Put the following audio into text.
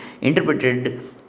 interpreted